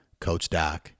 coachdoc